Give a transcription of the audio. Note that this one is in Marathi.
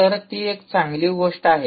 तर ती चांगली गोष्ट आहे